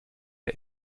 der